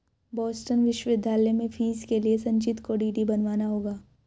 Boston विश्वविद्यालय में fees के लिए संचित को डी.डी बनवाना होगा